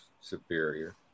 superior